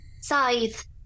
scythe